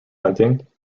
hunting